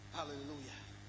Hallelujah